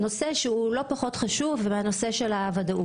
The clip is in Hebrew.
מדובר בנושא חשוב מאוד.